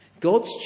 God's